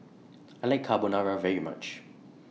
I like Carbonara very much